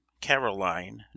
Caroline